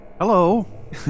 Hello